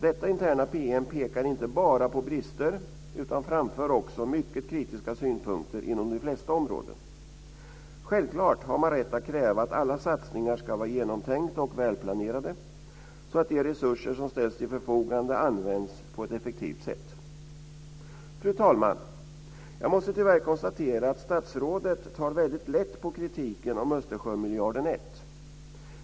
Detta interna PM pekar, som sagt, inte bara på brister utan framför också mycket kritiska synpunkter inom de flesta områden. Självklart har man rätt att kräva att alla satsningar ska vara genomtänkta och välplanerade, så att de resurser som ställs till förfogande används på ett effektivt sätt. Fru talman! Jag måste tyvärr konstatera att statsrådet tar väldigt lätt på kritiken om Österjösmiljarden 1.